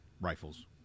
rifles